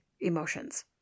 emotions